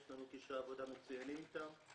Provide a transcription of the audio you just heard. שיש לנו קשרי עבודה מצוינים איתם,